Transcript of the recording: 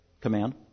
command